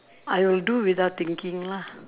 I will do without thinking lah